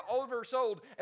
oversold